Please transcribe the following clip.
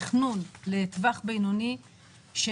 תכנון לטווח ארוך זה